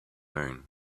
noon